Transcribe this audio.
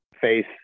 face